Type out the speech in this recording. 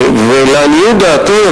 ולעניות דעתי,